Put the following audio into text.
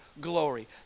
glory